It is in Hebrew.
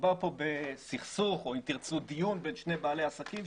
מדובר כאן בסכסוך או אם תרצו דיון בין שני בעלי עסקים,